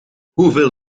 hoeveel